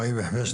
מג'יד מסאלחה,